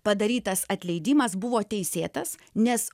padarytas atleidimas buvo teisėtas nes